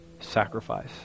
sacrifice